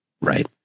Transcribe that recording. Right